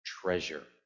treasure